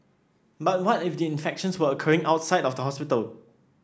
but what if the infections were occurring outside of the hospital